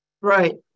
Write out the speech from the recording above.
right